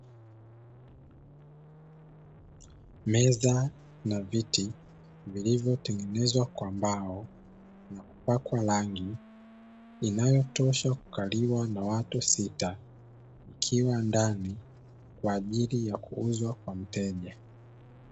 Meza na viti vilivyotengenezwa kwa mbao na kupakwa rangi, inayotosha kukaliwa na watu sita, ikiwa ndani kwa ajili ya kuuzwa kwa mteja.